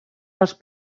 les